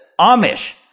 Amish